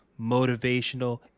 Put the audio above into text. motivational